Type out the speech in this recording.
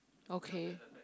okay